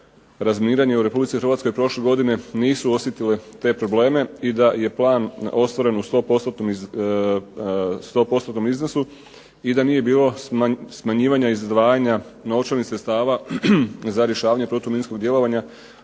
razminiranje u Republici Hrvatskoj prošle godine nisu osjetile te probleme i da je plan ostvaren u stopostotnom iznosu i da nije bilo smanjivanja i izdvajanja novčanih sredstava za rješavanje protuminskog djelovanja